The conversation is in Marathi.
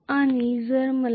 आणि समाज मला ABC मिळाले